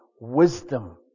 wisdom